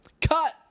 Cut